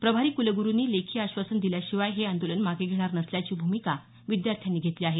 प्रभारी क्लग्रुंनी लेखी आश्वासन दिल्याशिवाय हे आंदोलन मागे घेणार नसल्याची भूमिका विद्यार्थ्यांनी घेतली आहे